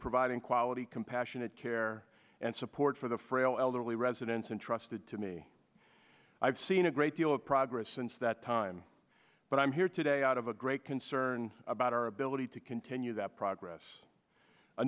providing quality compassionate care and support for the frail elderly residents intrusted to me i've seen a great deal of progress since that time but i'm here today out of a great concern about our ability to continue that progress a